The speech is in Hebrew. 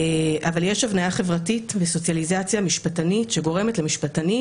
אבל יש הבניה חברתית וסוציאליזציה משפטנית שגורמת למשפטנים